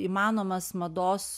įmanomas mados